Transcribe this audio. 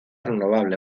renovable